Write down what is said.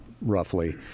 roughly